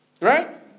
Right